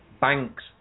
banks